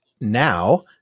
now